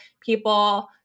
people